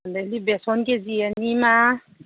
ꯑꯗꯒꯤ ꯕꯦꯁꯣꯟ ꯀꯦ ꯖꯤ ꯑꯅꯤꯃ